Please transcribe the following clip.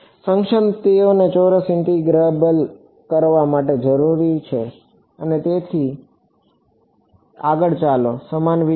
function તેઓને ચોરસ integrable કરવા માટે જરૂરી છે અને તેથી આગળ ચાલો સમાન વિચાર